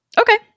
Okay